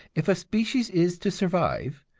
if a species is to survive,